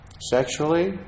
Sexually